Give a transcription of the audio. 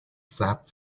flap